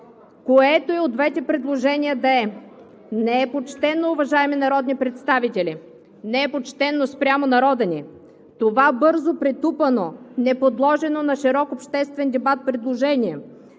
Което и от двете предложения да е, не е почтено, уважаеми народни представители, не е почтено спрямо народа ни. Това бързо претупано, неподложено на широк обществен дебат предложение